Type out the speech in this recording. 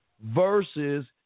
versus